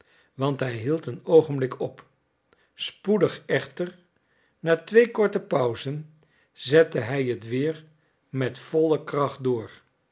want hij hield een oogenblik op spoedig echter na twee korte pauzen zette hij het weer met volle kracht door